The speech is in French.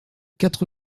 quatre